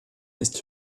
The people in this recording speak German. ist